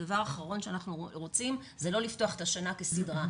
הדבר האחרון שאנחנו רוצים זה לא לפתוח את השנה כסדרה.